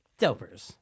dopers